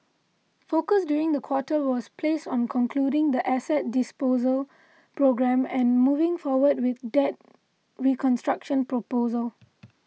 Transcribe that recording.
focus during the quarter was placed on concluding the asset disposal programme and moving forward with debt reconstruction proposal